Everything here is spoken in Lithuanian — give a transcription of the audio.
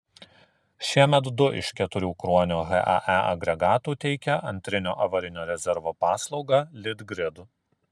šiemet du iš keturių kruonio hae agregatų teikia antrinio avarinio rezervo paslaugą litgrid